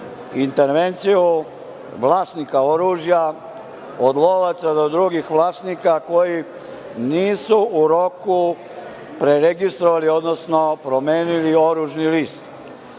intervenciju vlasnika oružja, od lovaca do drugih vlasnika koji nisu u roku preregistrovali, odnosno promenili oružani list. Rok